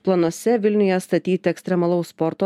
planuose vilniuje statyti ekstremalaus sporto